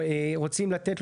אנחנו לא עושים להם